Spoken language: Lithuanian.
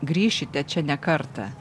grįšite čia ne kartą